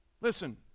Listen